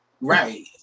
Right